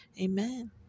amen